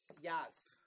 Yes